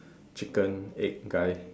chicken egg guy